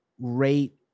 rate